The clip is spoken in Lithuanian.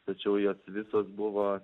tačiau jos visos buvo